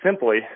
simply